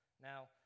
Now